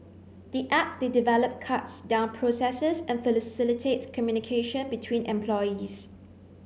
the app they developed cuts down processes and facilitates communication between employees